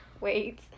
wait